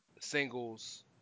singles